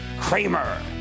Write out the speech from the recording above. Kramer